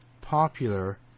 popular